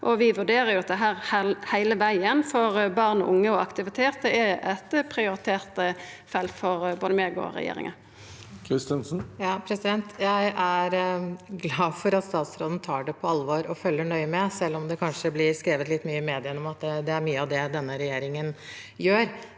Vi vurderer dette heile vegen, for barn og unge og aktivitet er eit prioritert felt for både meg og regjeringa. Turid Kristensen (H) Jeg er glad for at statsråden tar det på alvor og følger nøye med, selv om det kanskje blir skrevet litt mye i mediene om at det er mye av det denne regjeringen gjør.